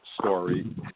story